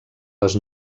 les